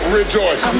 rejoice